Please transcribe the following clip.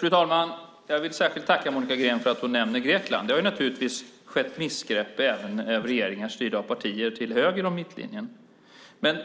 Fru talman! Jag vill särskilt tacka Monica Green för att hon nämner Grekland. Det har naturligtvis skett missgrepp även av regeringar styrda av partier till höger om mittlinjen.